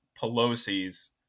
Pelosi's